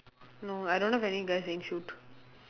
no I don't have any guy saying shoot